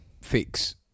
fix